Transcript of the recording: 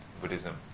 Buddhism